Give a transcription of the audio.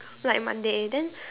like Monday then